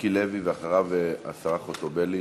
מיקי לוי, ואחריו סגנית השר חוטובלי.